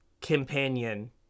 companion